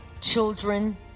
CHILDREN